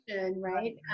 right